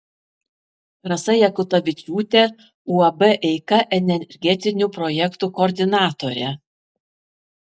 rasa jakutavičiūtė uab eika energetinių projektų koordinatorė